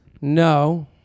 No